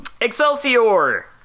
Excelsior